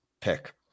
pick